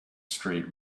street